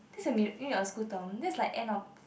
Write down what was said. that's a mid mid of school term that's like end of